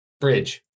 Bridge